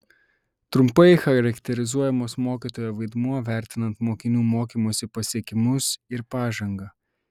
trumpai charakterizuojamas mokytojo vaidmuo vertinant mokinių mokymosi pasiekimus ir pažangą